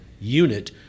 unit